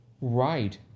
right